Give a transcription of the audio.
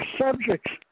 subjects